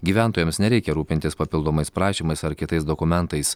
gyventojams nereikia rūpintis papildomais prašymais ar kitais dokumentais